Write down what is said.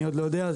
אני עוד לא יודע,